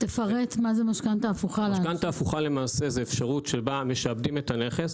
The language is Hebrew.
משכנתא הפוכה זה אפשרות שבה משעבדים את הנכס,